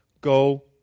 go